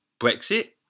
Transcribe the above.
Brexit